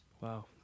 Wow